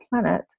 planet